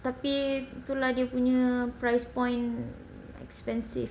tapi tu lah dia punya price point expensive